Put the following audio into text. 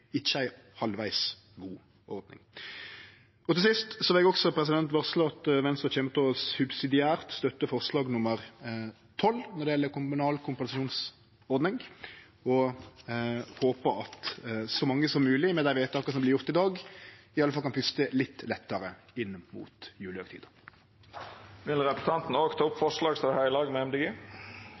ikkje ei halvvegs god ordning. Til sist vil eg også varsle at Venstre subsidiært kjem til å støtte forslag nr. 12, som gjeld kommunal kompensasjonsordning, og håpar at så mange som mogleg, med dei vedtaka som vert gjorde i dag, i alle fall kan puste litt lettare inn mot julehøgtida. Vil representanten Sveinung Rotevatn òg ta opp forslaga frå Venstre og forslaget Venstre har i lag med